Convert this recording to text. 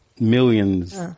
millions